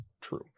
True